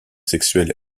sexuel